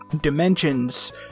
dimensions